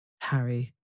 Harry